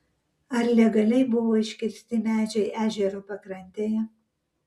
ar legaliai buvo iškirsti medžiai ežero pakrantėje